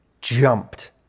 jumped